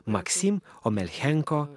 maksim omelchenko